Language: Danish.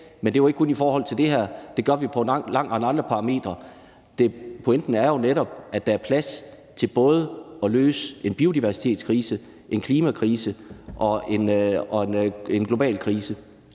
men det er jo ikke kun i forhold til det her. Det gør vi på en lang række andre områder. Pointen er jo netop, at der er plads til at løse både en biodiversitetskrise, en klimakrise og en global krise.